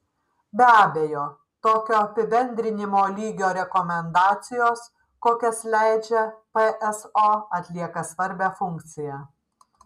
be abejo tokio apibendrinimo lygio rekomendacijos kokias leidžia pso atlieka svarbią funkciją